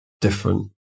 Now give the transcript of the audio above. Different